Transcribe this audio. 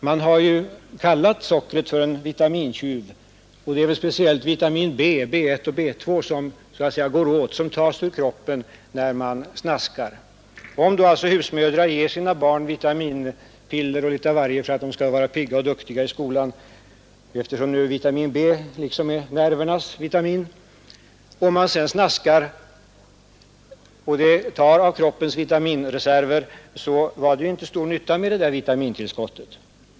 Man har ju kallat sockret för en ”vitamintjuv”, och det är speciellt vitamin B 1 och B 2, som tas ur kroppens reserver när man äter sötsaker. Om alltså husmödrarna ger sina barn t.ex. vitaminpiller för att de skall vara pigga och duktiga i skolan — vitamin B är ju nervernas vitamin — och barnen sedan äter sötsaker som tär på kroppens vitaminreserver, så är det ju inte stor nytta med vitamintillskottet.